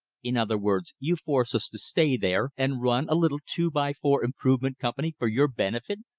in other words, you force us to stay there and run a little two-by-four improvement company for your benefit,